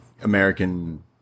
American